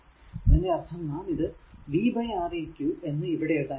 അതിന്റെ അർഥം നാം ഇത് v R eq എന്ന് ഇവിടെ എഴുതാൻ പോകുന്നു